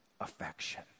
affection